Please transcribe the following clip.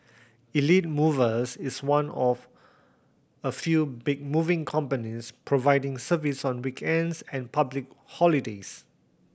Elite Movers is one of a few big moving companies providing service on weekends and public holidays